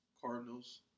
Cardinals